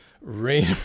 rain